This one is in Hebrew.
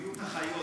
זה בריאות החיות,